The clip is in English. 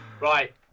Right